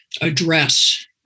address